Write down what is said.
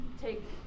take